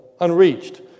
unreached